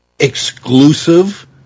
Exclusive